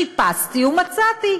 חיפשתי ומצאתי,